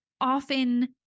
often